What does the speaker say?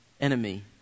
enemy